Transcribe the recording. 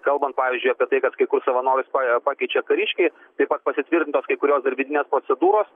kalbant pavyzdžiui apie tai kad kai kur savanoris pakeičia kariškį taip pat pasitvirtino kai kurios dar vidinės procedūros